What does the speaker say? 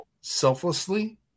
selflessly